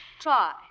Try